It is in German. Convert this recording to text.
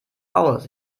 aus